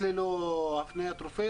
אולי נדרוש מהם 700 נקודות בפסיכומטרי.